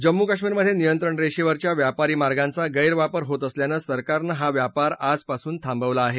जम्मू कश्मीरमधे नियंत्रण रेषेवरच्या व्यापारी मार्गांचा गैरवापर होत असल्यानं सरकारनं हा व्यापार आजपासून थांबवला आहे